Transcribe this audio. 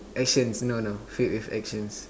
actions no no filled with actions